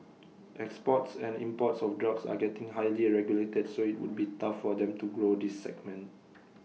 exports and imports of drugs are getting highly A regulated so IT would be tough for them to grow this segment